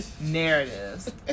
narratives